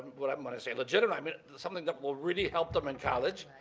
what i am going to say legitimate, i mean something that will really help them in college,